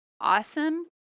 awesome